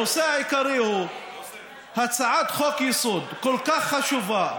הנושא העיקרי הוא הצעת חוק-יסוד כל כך חשובה,